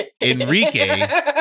Enrique